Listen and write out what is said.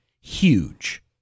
huge